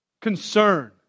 concern